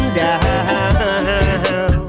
down